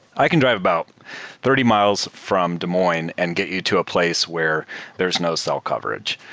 i can drive about thirty miles from de moines and get you to a place where there's no cell coverage,